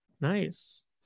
Nice